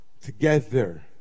together